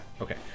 okay